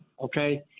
okay